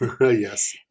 Yes